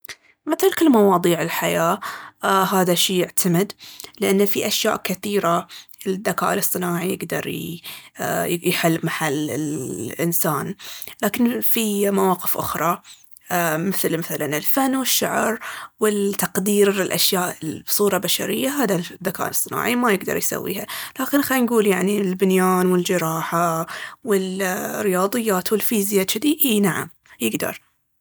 مثل كل مواضيع الحياة، هذا الشي يعتمد. لأن في أشياء كثيرة الذكاء الاصطناعي يقدر يحل محل الإنسان. لكن في مواقف أخرى أمم مثل مثلاً الفن والشعر وتقدير الأشياء بصورة بشرية هذا الذكاء الاصطناعي ما يقدر يسويها. لكن خنقول يعني البنيان والجراحة والرياضيات والفيزيا جذي إي نعم، يقدر.